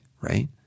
right